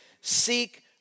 seek